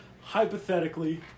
Hypothetically